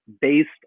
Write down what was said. based